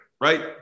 right